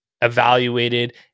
evaluated